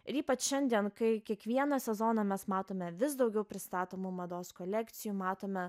ir ypač šiandien kai kiekvieną sezoną mes matome vis daugiau pristatomų mados kolekcijų matome